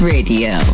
Radio